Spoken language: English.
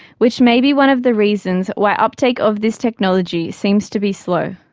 which may be one of the reasons why uptake of this technology seems to be slow.